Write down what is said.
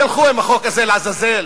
תלכו עם החוק הזה לעזאזל.